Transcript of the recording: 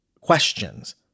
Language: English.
questions